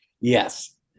yes